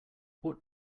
what